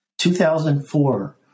2004